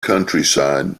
countryside